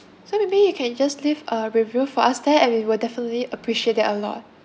so maybe you can just leave a review for us there and we will definitely appreciate that a lot